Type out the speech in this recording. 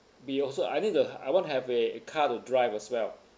be also I think the I want have a a car to drive as well